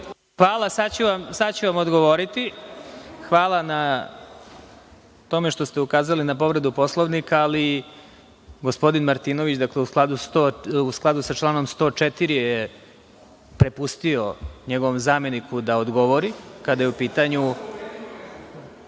Hvala. Sada ću vam odgovoriti, hvala na tome što ste ukazali na povredu Poslovnika, ali gospodin Martinović, dakle u skladu sa članom 104. je prepustio njegovom zameniku da odgovori kada je u pitanju…(Nemanja